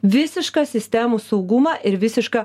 visišką sistemų saugumą ir visišką